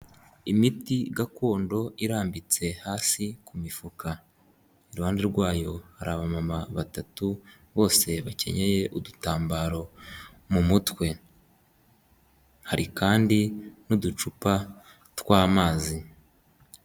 Imiti gakondo irambitse hasi ku mifuka, iruhande rwayo hari abamama batatu bose bakenyeye udutambaro mu mutwe, hari kandi n'uducupa tw'amazi.